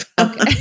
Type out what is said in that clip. Okay